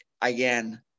again